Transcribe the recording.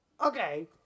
Okay